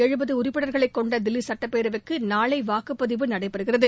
எழுபது உறுப்பினர்களை கொண்ட தில்லி சட்டப்பேரவைக்கு நாளை வாக்குபதிவு நடைபெறுகிறது